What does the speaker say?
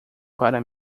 para